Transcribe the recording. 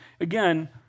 again